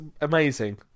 amazing